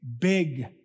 big